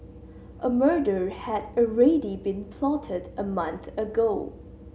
a murder had already been plotted a month ago